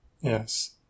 Yes